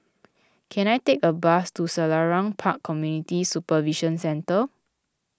can I take a bus to Selarang Park Community Supervision Centre